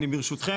אני ברשותכם,